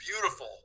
beautiful